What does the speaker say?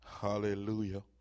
Hallelujah